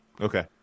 Okay